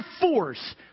force